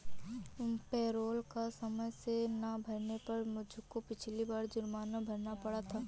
payroll कर समय से ना भरने पर मुझको पिछली बार जुर्माना भरना पड़ा था